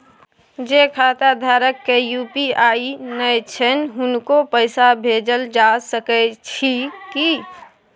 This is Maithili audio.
जे खाता धारक के यु.पी.आई नय छैन हुनको पैसा भेजल जा सकै छी कि?